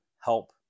help